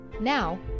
Now